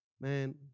Man